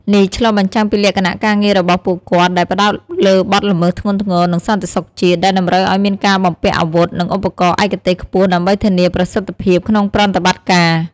នេះឆ្លុះបញ្ចាំងពីលក្ខណៈការងាររបស់ពួកគាត់ដែលផ្តោតលើបទល្មើសធ្ងន់ធ្ងរ និងសន្តិសុខជាតិ ដែលតម្រូវឲ្យមានការបំពាក់អាវុធនិងឧបករណ៍ឯកទេសខ្ពស់ដើម្បីធានាប្រសិទ្ធភាពក្នុងប្រតិបត្តិការ។